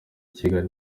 kigali